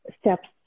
steps